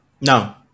No